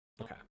Okay